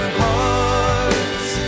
hearts